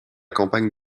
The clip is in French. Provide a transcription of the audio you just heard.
campagne